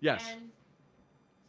yeah